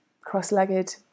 cross-legged